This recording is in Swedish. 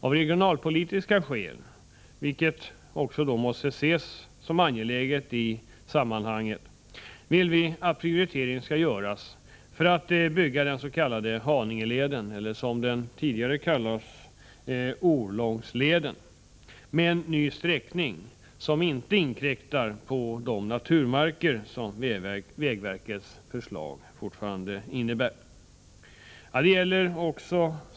Av regionalpolitiska skäl — skäl som också måste ses som angelägna i sammanhanget — vill vi att prioritet skall ges åt att bygga den s.k. Haningeleden, eller som den tidigare kallades Orlångsleden, med en ny sträckning som inte inkräktar på naturmarkerna så som en sträckning enligt vägverkets förslag skulle göra.